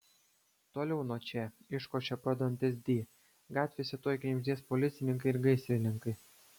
toliau nuo čia iškošė pro dantis di gatvėse tuoj knibždės policininkai ir gaisrininkai